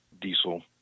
diesel